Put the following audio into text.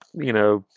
you know,